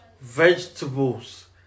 Vegetables